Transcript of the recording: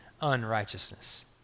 unrighteousness